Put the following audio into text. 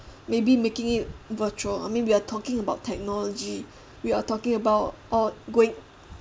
maybe making it virtual I mean we're talking about technology we are talking about or going